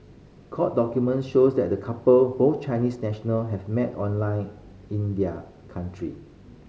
court document shows that the couple both Chinese national have met online in their country